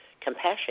compassion